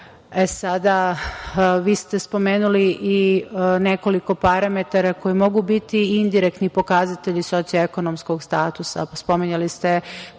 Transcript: vi ste spomenuli i nekoliko parametara koji mogu biti indirektni pokazatelji socijalno-ekonomskog statusa. Spominjali ste